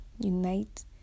unite